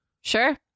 Sure